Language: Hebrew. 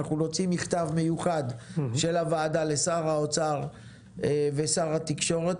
אנחנו נוציא מכתב מיוחד של הוועדה לשר האוצר ולשר התקשורת.